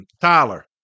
Tyler